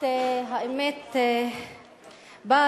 מי מביניכם מנמק?